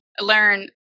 learn